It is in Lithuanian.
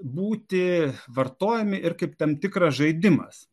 būti vartojami ir kaip tam tikras žaidimas